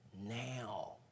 now